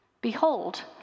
Behold